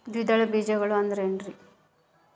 ದ್ವಿದಳ ಬೇಜಗಳು ಅಂದರೇನ್ರಿ?